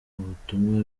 ubutumwa